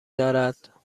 دارد